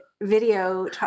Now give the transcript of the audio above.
video